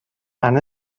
han